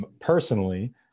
Personally